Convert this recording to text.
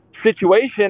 situation